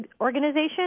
Organization